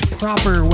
proper